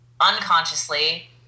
unconsciously